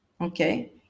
Okay